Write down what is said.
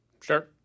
sure